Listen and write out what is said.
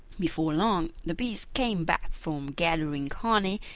before long the bees came back from gathering honey,